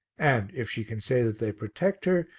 and, if she can say that they protect her,